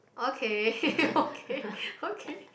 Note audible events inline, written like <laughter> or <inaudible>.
okay <laughs> okay <laughs> okay